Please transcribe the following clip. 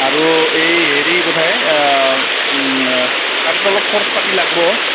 আৰু এই হেৰি বোধয় তাতেটো অলপ খৰচ পাতি লাগিব